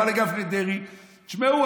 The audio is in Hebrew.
אמר לגפני ולדרעי: תשמעו,